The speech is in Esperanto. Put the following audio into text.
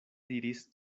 diris